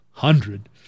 Hundred